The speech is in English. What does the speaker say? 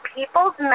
People's